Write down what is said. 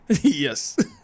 Yes